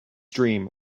dream